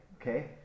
Okay